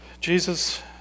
Jesus